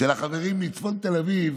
של החברים מצפון תל אביב